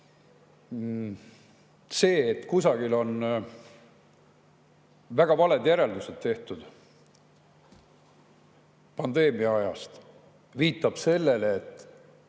see, et kusagil on väga valed järeldused tehtud pandeemia ajast, viitab sellele, et